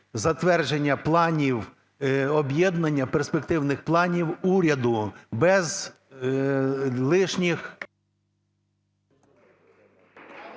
затвердження планів об'єднання, перспективних планів уряду без лишніх…